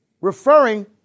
referring